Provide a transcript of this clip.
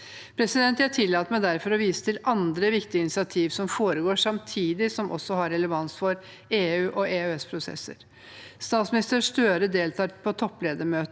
vi skal ha. Jeg tillater meg derfor å vise til andre viktige initiativ som foregår samtidig, og som også har relevans for EUog EØS-prosesser. Statsminister Støre deltar på toppledermøtet